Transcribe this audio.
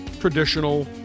traditional